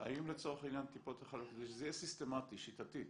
כדי שזה יהיה סיסטמתי, שיטתי,